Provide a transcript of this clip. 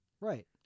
Right